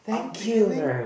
I'm beginning